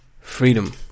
freedom